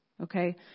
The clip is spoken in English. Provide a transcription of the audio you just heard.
Okay